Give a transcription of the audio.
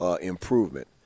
improvement